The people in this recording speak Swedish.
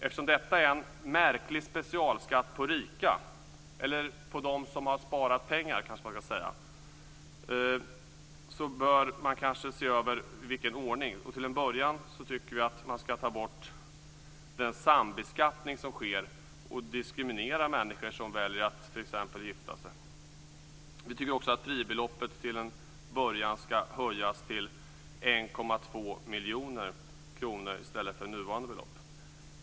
Eftersom detta är en märklig specialskatt på dem som har sparade pengar bör man kanske se över i vilken ordning man skall ta det. Till en början tycker vi att man skall ta bort den sambeskattning som sker och som diskriminerar människor som väljer att t.ex. gifta sig. Vi tycker också att fribeloppet till en början skall höjas till 1,2 miljoner kronor i stället för nuvarande belopp.